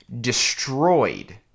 destroyed